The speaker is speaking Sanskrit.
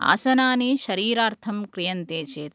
आसनानि शरीरार्थं क्रियन्ते चेत्